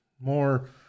more